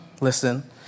listen